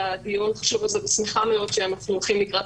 חובת הדיווח לנשיאה או לא --- לא ייכנס.